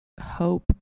hope